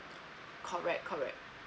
correct correct